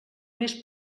més